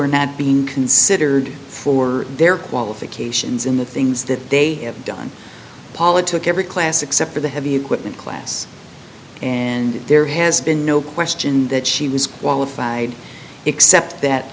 are not being considered for their qualifications in the things that they have done paula took every class except for the heavy equipment class and there has been no question that she was qualified except that